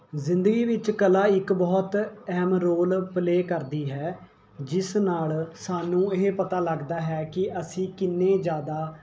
ਜ਼ਿੰਦਗੀ ਵਿੱਚ ਕਲਾ ਇੱਕ ਬਹੁਤ ਅਹਿਮ ਰੋਲ ਪਲੇਅ ਕਰਦੀ ਹੈ ਜਿਸ ਨਾਲ ਸਾਨੂੰ ਇਹ ਪਤਾ ਲੱਗਦਾ ਹੈ ਕੀ ਅਸੀਂ ਕਿੰਨੇ ਜ਼ਿਆਦਾ